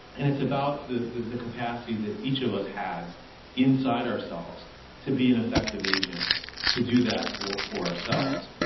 and it's about the, the, the capacity that each of us has inside ourselves to be an effective agent to do that for for ourselves.